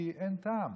כי אין טעם.